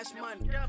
money